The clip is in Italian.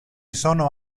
sono